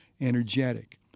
energetic